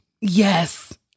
Yes